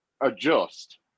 adjust